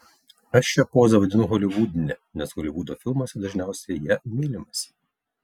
aš šią pozą vadinu holivudine nes holivudo filmuose dažniausiai ja mylimasi